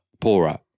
poorer